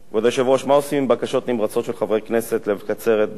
מה עושים עם בקשות נמרצות של חברי כנסת לקצר את דברי ההסבר?